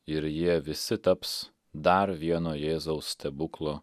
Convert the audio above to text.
ir jie visi taps dar vieno jėzaus stebuklo